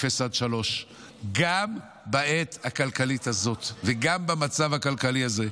אפס עד שלוש גם בעת הכלכלית הזאת וגם במצב הכלכלי הזה.